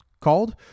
called